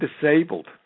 disabled